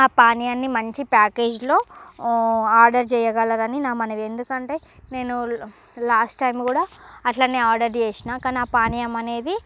ఆ పానియాన్ని మంచి ప్యాకేజీలో ఆర్డరు చేయగలరని నా మనవి ఎందుకంటే నేను లాస్ట్ టైం కూడా అలానే ఆర్డరు చేసిన కాని ఆ పానియం అనేది